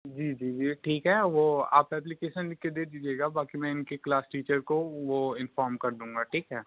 जी जी जी ठीक है वो आप एप्लीकेशन लिख के दे दीजिएगा बाक़ी मैं इनके क्लास टीचर को वो इन्फॉर्म कर दूँगा ठीक है